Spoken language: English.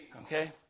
okay